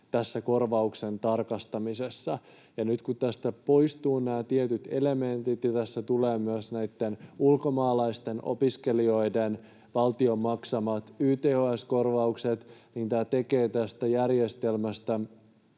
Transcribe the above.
tässä korvauksen tarkastamisessa, ja nyt kun tästä poistuvat nämä tietyt elementit ja tässä tulevat myös näitten ulkomaalaisten opiskelijoiden valtion maksamat YTHS-korvaukset, niin tämä tekee tästä järjestelmästä